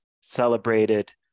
celebrated